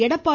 Edappadi